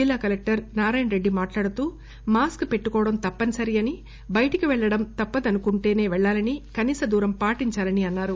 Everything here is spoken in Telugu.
జిల్లా కలెక్లర్ నారాయణ రెడ్డి మాట్లాడుతూ మాస్కు పెట్టుకోవడం తప్పనిసరి అని బయటకు పెళ్లడం తప్పదనుకుంటేనే పెళ్లాలని కనీస దూరం పాటించాలని అన్నారు